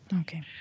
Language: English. Okay